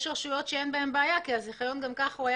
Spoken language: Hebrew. יש רשויות שאין בהן בעיה כי הזיכיון גם כך היה